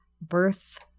birth